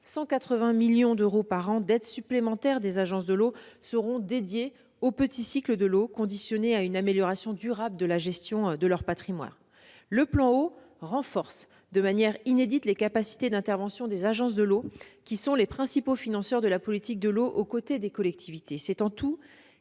180 millions d'euros par an, seront dédiées au petit cycle de l'eau et conditionnées à une amélioration durable de la gestion de l'eau de leur patrimoine. Le plan Eau renforce de manière inédite les capacités d'intervention des agences de l'eau, qui sont les principaux financeurs de la politique de l'eau aux côtés des collectivités.